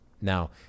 Now